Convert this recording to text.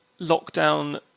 lockdown